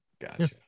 Gotcha